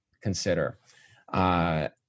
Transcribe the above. consider